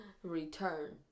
Return